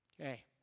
Okay